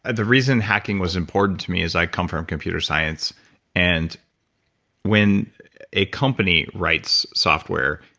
and the reason hacking was important to me is i come from computer science and when a company writes software,